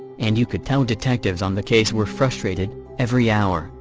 and you could tell detectives on the case were frustrated every hour,